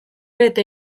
bete